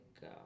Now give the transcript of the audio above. go